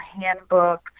handbook